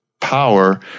power